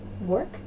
work